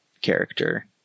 character